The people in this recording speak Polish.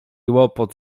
łopot